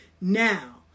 Now